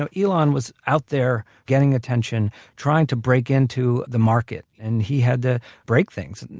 ah elon was out there getting attention trying to break into the market and he had to break things.